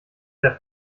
der